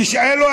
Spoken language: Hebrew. תשאלו,